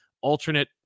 alternate